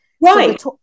Right